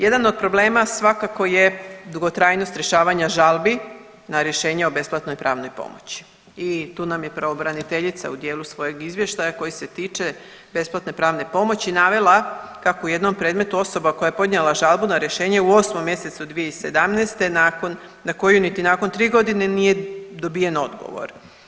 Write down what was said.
Jedan od problema svakako je dugotrajnost rješavanja žalbi na rješenje o besplatnoj pravnoj pomoći i tu nam je pravobraniteljica u dijelu svojeg izvještaja koji se tiče besplatne pravne pomoći navela kako je u jednom predmetu osoba koja je podnijela žalbu na rješenje u 8. mjesecu 2017. nakon, na koju niti nakon 3.g. nije dobijen odgovor.